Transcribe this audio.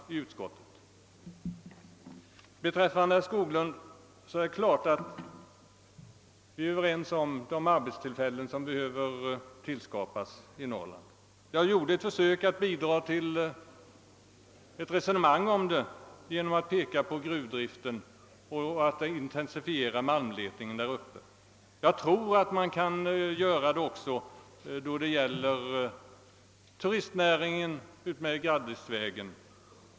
Till herr Skoglund vill jag säga att vi naturligtvis är överens om att arbetstillfällen behöver skapas i Norrland. Jag har gjort ett försök att bidra till ett resonemang härom genom att peka på gruvdriften och en intensifierad malmliletning. Jag tror att fler arbetstillfällen också kan skapas inom turistnäringen utmed Graddisvägen.